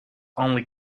only